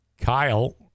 Kyle